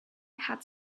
had